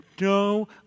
no